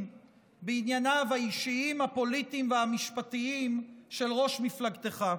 בענייניו האישיים הפוליטיים והמשפטיים של ראש מפלגתך.